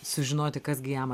sužinoti kas gi jam